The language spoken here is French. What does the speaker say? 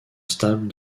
stable